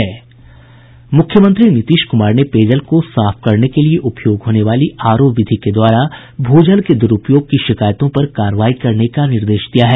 मुख्यमंत्री नीतीश कुमार ने पेय जल को साफ करने के लिए उपयोग होने वाली आरओ विधि के द्वारा भू जल के दुरूपयोग की शिकायतों पर कार्रवाई करने का निर्देश दिया है